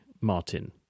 Martin